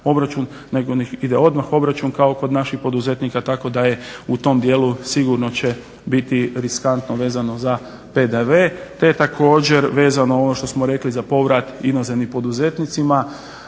nego ide odmah obračun kao kod naših poduzetnika tako da je u tom dijelu sigurno će biti riskantno vezano za PDV te također vezano ono što smo rekli za povrat inozemnim poduzetnicima